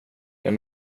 jag